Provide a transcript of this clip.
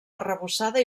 arrebossada